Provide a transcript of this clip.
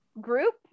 group